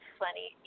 plenty